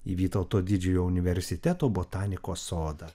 į vytauto didžiojo universiteto botanikos sodą